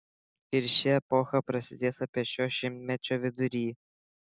ir ši epocha prasidės apie šio šimtmečio vidurį